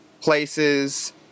places